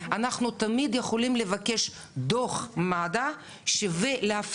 אנחנו תמיד יכולים לבקש דו"ח מד"א שמאפיין